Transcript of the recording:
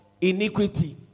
iniquity